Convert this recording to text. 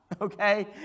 Okay